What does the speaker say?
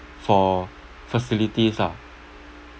for facilities lah